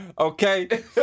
Okay